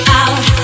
out